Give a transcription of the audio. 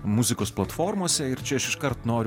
muzikos platformose ir čia aš iškart noriu